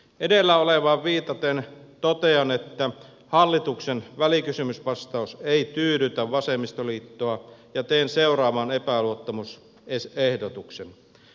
edellä olevaan viitaten totean että hallituksen välikysymysvastaus ei tyydytä vasemmistoliittoa ja teen seuraavan epäluottamusehdotuksen